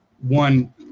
one